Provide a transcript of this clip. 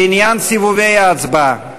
לעניין סיבובי ההצבעה,